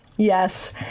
Yes